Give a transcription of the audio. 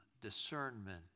discernment